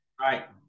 Right